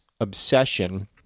obsession